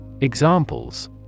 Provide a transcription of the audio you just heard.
Examples